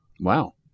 Wow